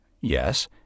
Yes